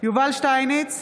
יובל שטייניץ,